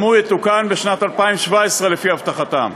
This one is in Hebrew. גם הוא יתוקן בשנת 2017 לפי הבטחתם,